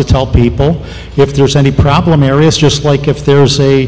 to tell people if there's any problem areas just like if there is a